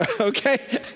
okay